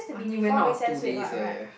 I only went out on two days eh